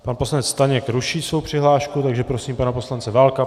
Pan poslanec Staněk ruší svou přihlášku, takže prosím pana poslance Válka.